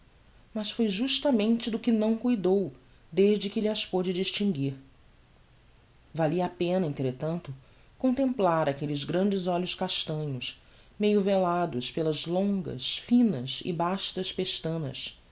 mas foi justamente do que não cuidou desde que lh'as pôde distinguir valia a pena entretanto contemplar aquelles grandes olhos castanhos meio velados pelas longas finas e bastas pestanas